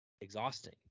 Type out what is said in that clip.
exhausting